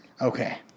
Okay